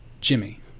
Jimmy